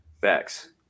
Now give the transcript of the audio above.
Facts